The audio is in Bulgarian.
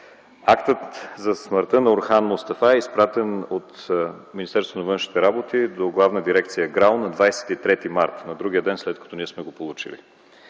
Актът за смъртта на Орхан Мустафа е изпратен от Министерство на външните работи до Главна дирекция ГРАО на 23 март – на другия ден, след като сме го получили.